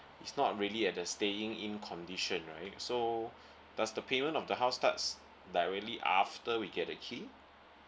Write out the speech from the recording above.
it's not really at the staying in condition right so does the payment of the house starts directly after we get the key